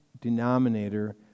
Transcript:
denominator